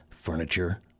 furniture